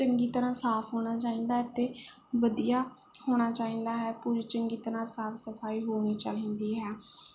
ਚੰਗੀ ਤਰ੍ਹਾਂ ਸਾਫ ਹੋਣਾ ਚਾਹੀਦਾ ਅਤੇ ਵਧੀਆ ਹੋਣਾ ਚਾਹੀਦਾ ਹੈ ਪੂਰੀ ਚੰਗੀ ਤਰ੍ਹਾਂ ਸਾਫ ਸਫਾਈ ਹੋਣੀ ਚਾਹੀਦੀ ਹੈ